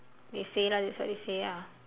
they say lah that's what they say ah